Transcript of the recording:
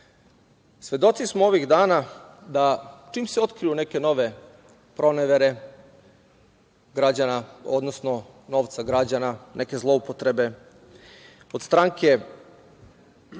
Svedoci smo ovih dana da čim se otkriju neke nove pronevere građana, odnosno novca građana, neke zloupotrebe od stranke